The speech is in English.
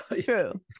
true